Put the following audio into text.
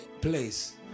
place